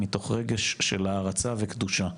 מתוך רגש של הערצה וקדושה".